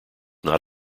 not